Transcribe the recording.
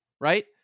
right